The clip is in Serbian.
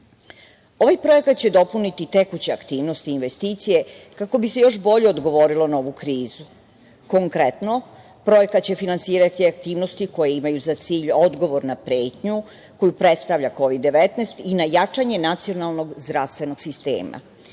projekat će dopuniti tekuća aktivnost i investicije kako bi se još bolje odgovorilo na ovu krizu konkretno. Konkretno, projekat će finansirati aktivnosti koje imaju za cilj odgovor na pretnju koju predstavlja Kovid-19 i na jačanje nacionalnog zdravstvenog sistema,